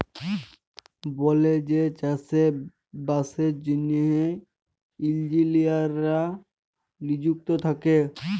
বলেযে চাষে বাসের জ্যনহে ইলজিলিয়াররা লিযুক্ত থ্যাকে